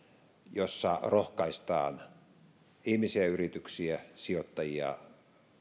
jossa rohkaistaan ihmisiä ja yrityksiä sijoittajia